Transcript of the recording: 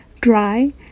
Dry